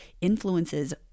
influences